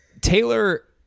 Taylor